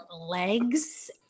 legs